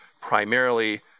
primarily